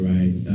right